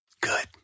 Good